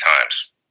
times